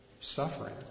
suffering